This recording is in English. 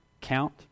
count